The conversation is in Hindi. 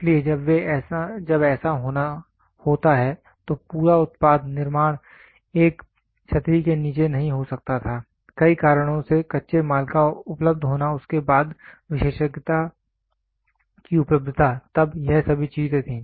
इसलिए जब ऐसा होना होता है तो पूरा उत्पाद निर्माण एक छतरी के नीचे नहीं हो सकता था कई कारणों से कच्चे माल का उपलब्ध होना उसके बाद विशेषज्ञता की उपलब्धता तब यह सभी चीजों थी